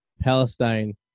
Palestine